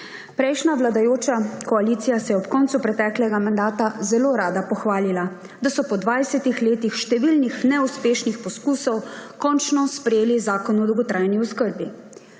Prejšnja vladajoča koalicija se je ob koncu preteklega mandata zelo rada pohvalila, da so po dvajsetih letih številnih neuspešnih poskusov končno sprejeli zakon o dolgotrajni oskrbi.